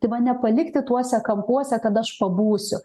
tai va nepalikti tuose kampuose kad aš pabūsiu